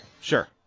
sure